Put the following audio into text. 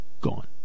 Gone